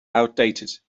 outdated